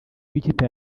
bw’ikipe